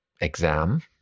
exam